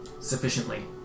sufficiently